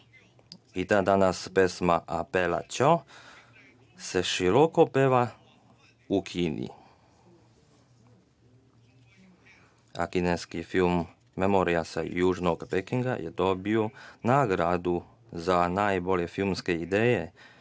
I dan danas pesma „A Bela, ćao“ se široko peva u Kini. Kineski film „Memorija sa južnog Pekinga“ je dobio nagradu za najbolje filmske ideje